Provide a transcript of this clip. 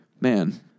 Man